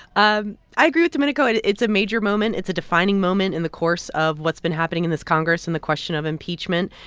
um i agree with domenico. and it's a major moment. it's a defining moment in the course of what's been happening in this congress and the question of impeachment,